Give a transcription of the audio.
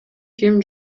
ким